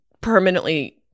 Permanently